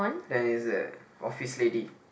ya it's a office lady